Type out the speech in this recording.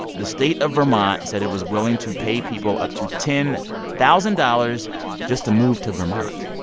the state of vermont said it was willing to pay people up to ten thousand dollars just to move to vermont.